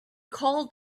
called